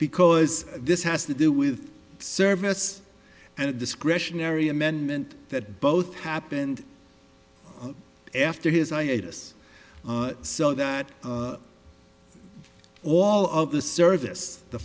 because this has to do with service and discretionary amendment that both happened after his i hate us so that all of the service the